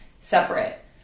separate